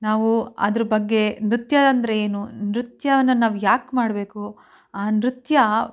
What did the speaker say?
ನಾವು ಅದ್ರ ಬಗ್ಗೆ ನೃತ್ಯ ಅಂದರೆ ಏನು ನೃತ್ಯವನ್ನು ನಾವು ಯಾಕೆ ಮಾಡಬೇಕು ಆ ನೃತ್ಯ